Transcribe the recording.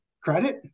credit